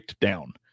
down